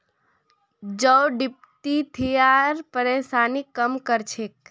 जौ डिप्थिरियार परेशानीक कम कर छेक